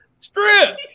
Strip